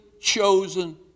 chosen